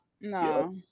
No